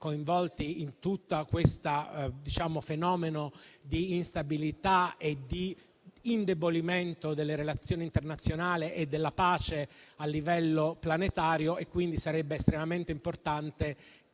coinvolti in questo fenomeno di instabilità e di indebolimento delle relazioni internazionali e della pace a livello planetario. Quindi, sarebbe estremamente importante